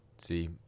See